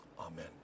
Amen